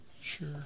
sure